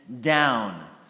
down